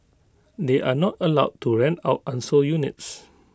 they are not allowed to rent out unsold units